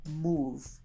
move